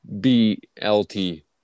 B-L-T